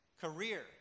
career